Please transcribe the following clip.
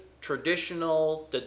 traditional